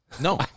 No